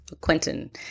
Quentin